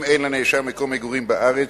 אם אין לנאשם מקום מגורים בארץ,